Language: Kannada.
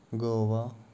ಗೋವಾ